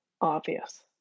obvious